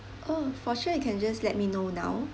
oh for sure you can just let me know now